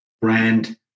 brand